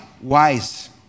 wise